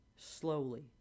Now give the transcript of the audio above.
slowly